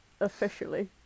Officially